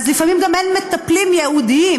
אז לפעמים גם אין מטפלים ייעודיים.